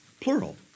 plural